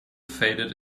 faded